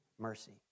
mercy